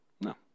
No